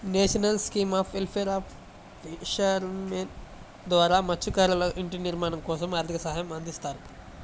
national scheme of welfare of fishermen ద్వారా మత్స్యకారులకు ఇంటి నిర్మాణం కోసం ఆర్థిక సహాయం అందిస్తారు